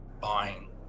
buying